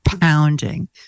pounding